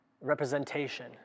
representation